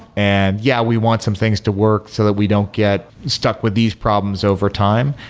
and yeah, we want some things to work so that we don't get stuck with these problems over time.